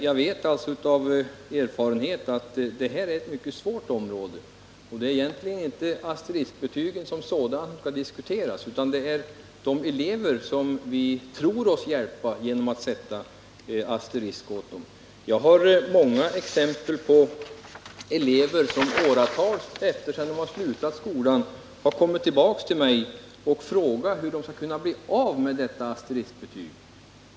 Jag vet av erfarenhet att detta är ett mycket svårt område. Egentligen är det inte alls asteriskbetygen som sådana som skall diskuteras, utan det är de elever som vi tror oss hjälpa genom att sätta asterisker i deras betyg. Jag har många exempel på att elever åratal efter det att de har slutat skolan har kommit till mig och frågat hur de skulle kunna bli av med dessa asteriskbetyg.